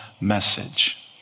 message